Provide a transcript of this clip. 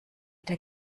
der